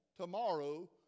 tomorrow